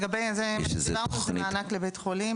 זה לגבי מענק לבית החולים.